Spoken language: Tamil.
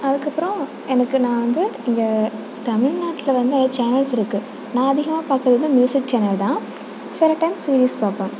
அதுக்கப்புறம் எனக்கு நான் வந்து இங்கே தமிழ்நாட்டில் வந்து நிறைய சேனல்ஸ் இருக்குது நான் அதிகமாக பார்க்கறது வந்து மியூசிக் சேனல் தான் சில டைம் சீரிஸ் பார்ப்பேன்